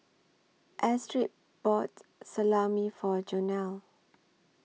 Astrid bought Salami For Jonell